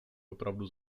opravdu